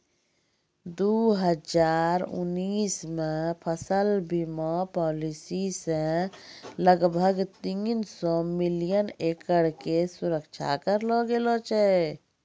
दू हजार उन्नीस मे फसल बीमा पॉलिसी से लगभग तीन सौ मिलियन एकड़ के सुरक्षा करलो गेलौ छलै